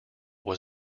was